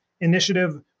initiative